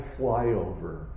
flyover